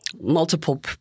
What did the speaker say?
multiple